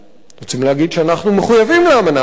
רוצים להגיד שאנחנו מחויבים לאמנה הבין-לאומית?